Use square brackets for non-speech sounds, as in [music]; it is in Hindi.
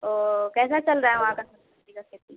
ओह कैसा चल रहा है वहाँ [unintelligible] की खेती